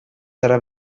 zara